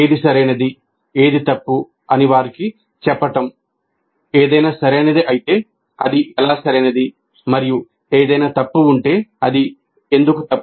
ఏది సరైనది ఏది తప్పు అని వారికి చెప్పడం ఏదైనా సరైనది అయితే అది ఎలా సరైనది మరియు ఏదైనా తప్పు ఉంటే అది ఎందుకు తప్పు